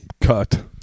cut